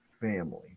family